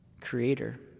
Creator